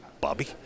Bobby